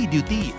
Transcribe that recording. Duty